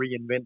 reinvent